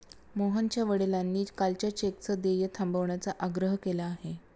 मोहनच्या वडिलांनी कालच्या चेकचं देय थांबवण्याचा आग्रह केला आहे